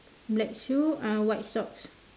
black shoes uh white socks